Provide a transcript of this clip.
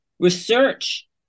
research